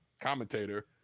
commentator